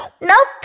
Nope